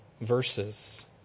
verses